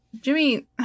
Jimmy